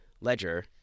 ledger